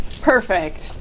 Perfect